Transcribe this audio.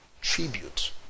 tribute